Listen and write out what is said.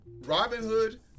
Robinhood